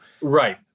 Right